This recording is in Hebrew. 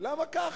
למה ככה?